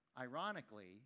ironically